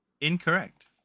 Incorrect